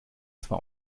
zwar